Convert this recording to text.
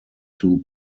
two